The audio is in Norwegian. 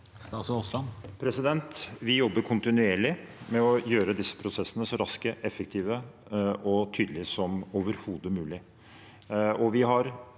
Vi jobber konti- nuerlig med å gjøre disse prosessene så raske, effektive og tydelige som overhodet mulig.